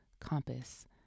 compass